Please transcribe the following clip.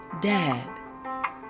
dad